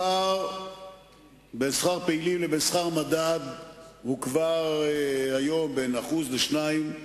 הפער בין שכר פעילים לבין שכר מדד הוא כבר היום בין 1% ל-2%.